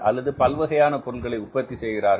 அல்லது பல்வகையான பொருட்களை உற்பத்தி செய்கிறார்கள்